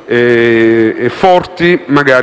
politiche, magari